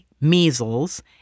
measles